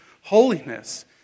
holiness